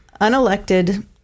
unelected